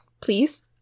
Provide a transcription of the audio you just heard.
please